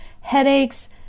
headaches